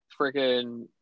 freaking